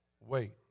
wait